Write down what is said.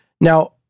Now